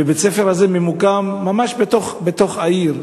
ובית-הספר הזה ממוקם ממש בתוך העיר.